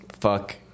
fuck